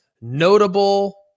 Notable